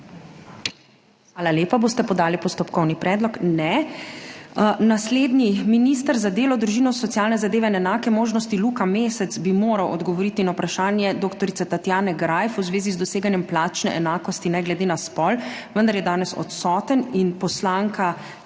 Hvala lepa. Boste podali postopkovni predlog? Ne. Naslednji bi moral minister za delo, družino, socialne zadeve in enake možnosti Luka Mesec odgovoriti na vprašanje dr. Tatjane Greif v zvezi z doseganjem plačne enakosti ne glede na spol, vendar je danes odsoten. Poslanka,